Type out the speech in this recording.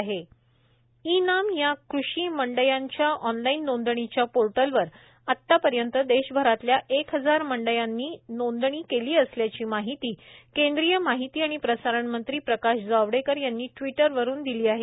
E NAM कूषी मंडई एयर ई नाम या कृषी मंडयांच्या ऑनलाईन नोंदणीच्या पोर्टलवर आतापर्यंत देशभरातल्या एक हजार मंडयांनी नोंदणी केली असल्याची माहिती केंद्रीय माहिती आणि प्रसारणमंत्री प्रकाश जावडेकर यांनी ट्विटरवरून दिली आहे